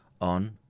on